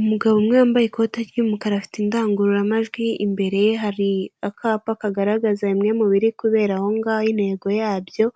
Umugabo umwe wambaye ikote ry'umukara afite indangururamajwi, imbere ye hari akapa kagaragaza bimwe mu biri kubera aho ngaho intego yabyo,